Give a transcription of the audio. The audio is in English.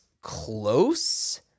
close